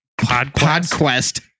Podquest